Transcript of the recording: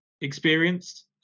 experienced